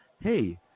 hey